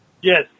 Yes